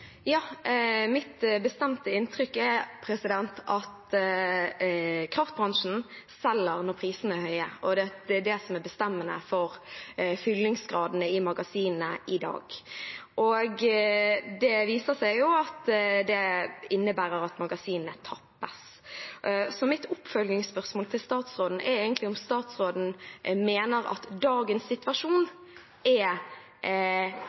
Mitt bestemte inntrykk er at kraftbransjen selger når prisene er høye, og at det er det som er bestemmende for fyllingsgraden i magasinene i dag. Det viser seg jo at det innebærer at magasinene tappes. Mitt oppfølgingsspørsmål til statsråden er egentlig om statsråden mener dagens situasjon er